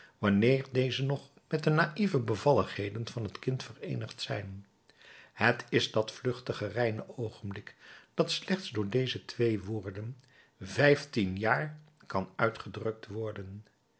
wanneer deze nog met de naïeve bevalligheden van het kind vereenigd zijn het is dat vluchtige reine oogenblik dat slechts door deze twee woorden vijftien jaar kan uitgedrukt worden